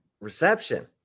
reception